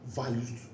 values